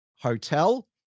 hotel